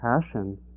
passion